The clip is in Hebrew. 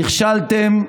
נכשלתם,